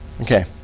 Okay